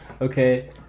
okay